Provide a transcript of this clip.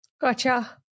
Gotcha